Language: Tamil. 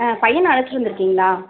ஆ பையனை அழைச்சிட்டு வந்துருக்கீங்களா